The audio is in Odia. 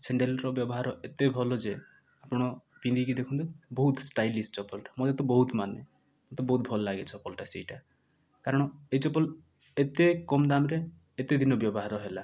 ସେଣ୍ଡେଲର ବ୍ୟବହାର ଏତେ ଭଲ ଯେ ଆପଣ ପିନ୍ଧିକି ଦେଖନ୍ତୁ ବହୁତ ଷ୍ଟାଇଲିସ୍ ଚପଲଟା ମତେ ତ ବହୁତ ମାନେ ମତେ ବହୁତ ଭଲ ଲାଗେ ଚପଲ ଟା ସେଇଟା କାରଣ ଏଇ ଚପଲ ଏତେ କମ ଦାମ୍ ରେ ଏତେ ଦିନ ବ୍ୟବହାର ହେଲା